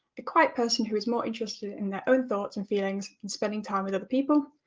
a quiet person who is more interested in their own thoughts and feelings than spending time in other people.